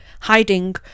hiding